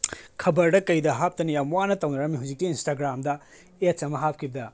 ꯈꯕꯔꯗ ꯀꯔꯤꯗ ꯍꯥꯞꯇꯅ ꯌꯥꯝ ꯋꯥꯅ ꯇꯧꯅꯔꯝꯃꯤ ꯍꯧꯖꯤꯛꯇꯤ ꯏꯟꯁꯇꯥꯒ꯭ꯔꯥꯝꯗ ꯑꯦꯠꯁ ꯑꯃ ꯍꯥꯞꯈꯤꯕꯗ